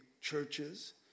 churches